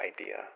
idea